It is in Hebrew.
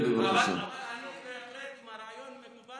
אבל אם הרעיון מקובל